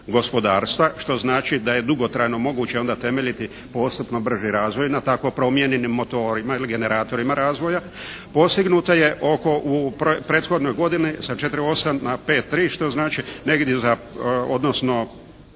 gospodarstva što znači da je dugotrajno moguće onda temeljiti postupno brži razvoj na takvoj promjeni, … generatorima razvoja, postignuta je u prethodnoj godini sa 4,8 na 5,3 što znači negdje za, odnosno